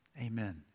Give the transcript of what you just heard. Amen